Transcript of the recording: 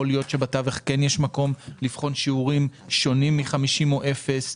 יכול להיות שבתווך כן יש מקום לבחון שיעורים שונים מ-50 שקלים או אפס.